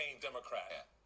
democrat